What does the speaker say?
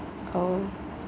oh